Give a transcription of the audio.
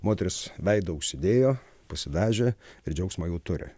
moteris veidą užsidėjo pasidažė ir džiaugsmą jau turi